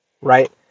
right